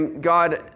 God